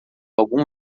algum